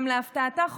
אולם להפתעתה,